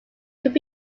could